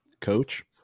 coach